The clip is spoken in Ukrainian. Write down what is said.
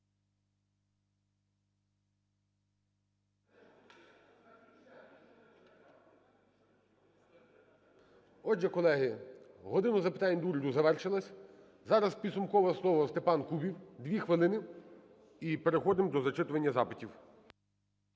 Отже, колеги, "година запитань до Уряду" завершилась. Зараз підсумкове слово – Степан Кубів, 2 хвилини. І переходимо до зачитування запитів.